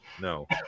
No